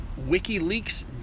WikiLeaks